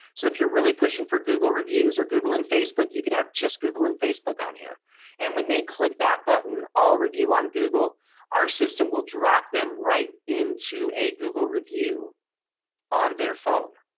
so if you're really pushing for google reviews or google and facebook you could have just google and facebook on here and when they click that button all review on google our system will drop them right into a google review on their phone.